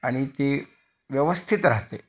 आणि ती व्यवस्थित राहते